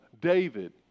David